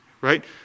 right